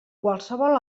qualsevol